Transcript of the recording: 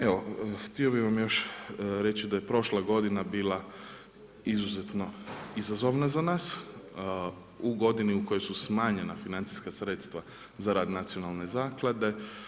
Evo, htio bih vam još reći da je prošla godina bila izuzetno izazovna za nas, u godini u kojoj su smanjena financijska sredstva za rad nacionalne zaklade.